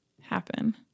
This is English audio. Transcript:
happen